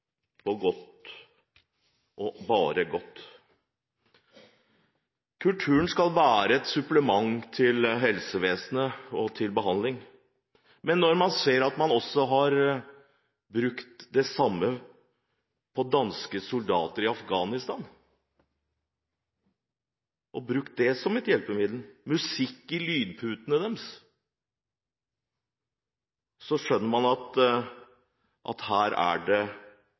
og bare på godt! Kultur skal være et supplement til helsevesenet og til behandling, men når man ser at det samme er blitt brukt på danske soldater i Afghanistan – musikk i lydputene deres ble brukt som et hjelpemiddel – skjønner man at her er det store muligheter. Så jeg håper at denne debatten og det